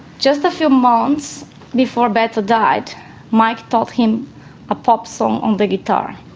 just a few months before beto died mike taught him a pop song on the guitar.